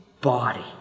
body